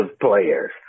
players